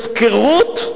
הפקרות.